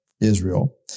Israel